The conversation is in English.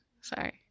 Sorry